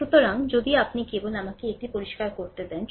সুতরাং যদি আপনি কেবল আমাকে এটি পরিষ্কার করতে দেন